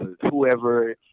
whoever